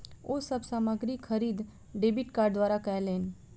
ओ सब सामग्री खरीद डेबिट कार्ड द्वारा कयलैन